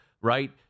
right